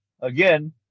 again